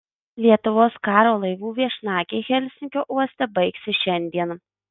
lietuvos karo laivų viešnagė helsinkio uoste baigsis šiandien